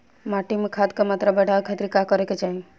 माटी में खाद क मात्रा बढ़ावे खातिर का करे के चाहीं?